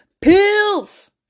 Pills